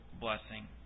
blessing